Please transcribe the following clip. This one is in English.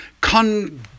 con